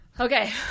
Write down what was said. Okay